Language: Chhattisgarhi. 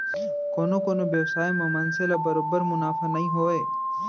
कोनो कोनो बेवसाय म मनसे ल बरोबर मुनाफा नइ होवय